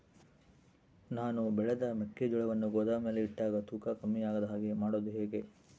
ನಾನು ಬೆಳೆದ ಮೆಕ್ಕಿಜೋಳವನ್ನು ಗೋದಾಮಿನಲ್ಲಿ ಇಟ್ಟಾಗ ತೂಕ ಕಮ್ಮಿ ಆಗದ ಹಾಗೆ ಮಾಡೋದು ಹೇಗೆ?